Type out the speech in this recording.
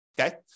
okay